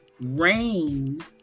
Rain